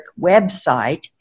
website